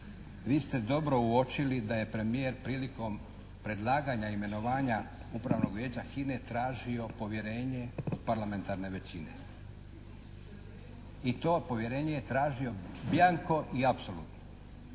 Vi ste dobro uočili da je premijer prilikom predlaganja imenovanja Upravnog vijeća HINA-e tražio povjerenje od parlamentarne većine i to povjerenje je tražio bianco i apsolutno.